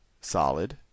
solid